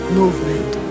movement